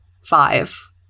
five